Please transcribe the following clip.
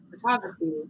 photography